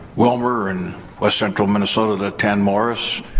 willmar and west central minnesota that attend morris.